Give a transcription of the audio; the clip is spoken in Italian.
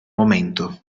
momento